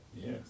Yes